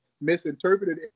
misinterpreted